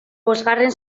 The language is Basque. bosgarren